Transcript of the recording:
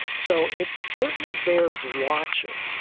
so it certainly bears watching.